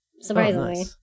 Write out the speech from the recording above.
surprisingly